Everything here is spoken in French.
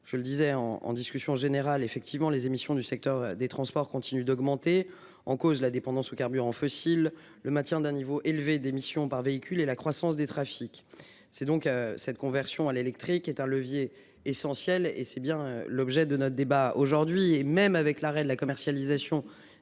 Je le disais en en discussion générale effectivement les émissions du secteur des transports continue d'augmenter. En cause, la dépendance aux carburants fossiles le maintien d'un niveau élevé d'émissions par véhicule et la croissance des trafics. C'est donc cette conversion à l'électrique est un levier essentiel et c'est bien l'objet de notre débat aujourd'hui